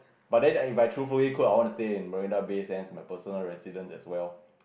but then if I truthfully could I want to stay at Marina-Bay-Sands as my personal residence as well